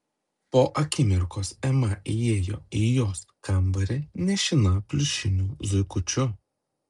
po akimirkos ema įėjo į jos kambarį nešina pliušiniu zuikučiu